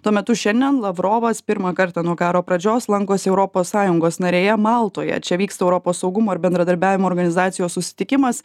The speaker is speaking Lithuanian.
tuo metu šiandien lavrovas pirmą kartą nuo karo pradžios lankosi europos sąjungos narėje maltoje čia vyksta europos saugumo ir bendradarbiavimo organizacijos susitikimas